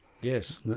Yes